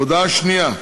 הודעה שנייה: